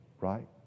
Right